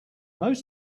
most